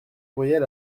courriel